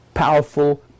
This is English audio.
powerful